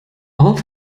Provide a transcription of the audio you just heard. all